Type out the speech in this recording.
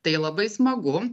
tai labai smagu